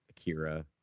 Akira